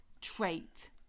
trait